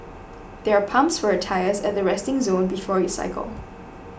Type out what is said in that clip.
there are pumps for your tyres at the resting zone before you cycle